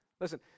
Listen